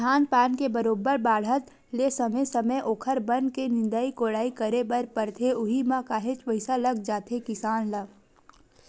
धान पान के बरोबर बाड़हत ले समे समे ओखर बन के निंदई कोड़ई करे बर परथे उहीं म काहेच पइसा लग जाथे किसान ल